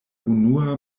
unua